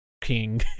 king